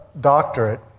doctorate